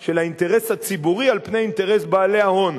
של האינטרס הציבורי על פני אינטרס בעלי ההון,